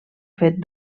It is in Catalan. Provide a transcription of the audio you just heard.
fet